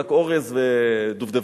רק אורז ודובדבנים.